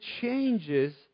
changes